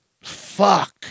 Fuck